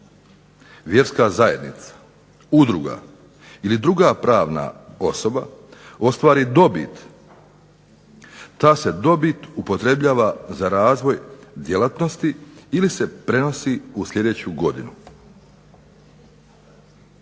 vjerska zajednica, udruga ili druga pravna osoba ostvari dobit ta se dobit upotrebljava za razvoj djelatnosti ili se prenosi u sljedeću godinu.